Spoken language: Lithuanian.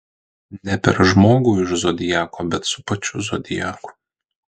ne per žmogų iš zodiako bet su pačiu zodiaku